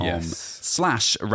slash